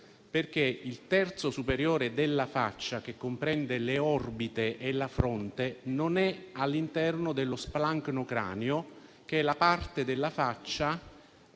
il terzo superiore della faccia, che comprende le orbite e la fronte, non è all'interno dello splancnocranio, che è la parte della faccia